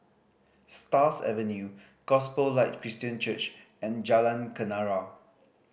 Stars Avenue Gospel Light Christian Church and Jalan Kenarah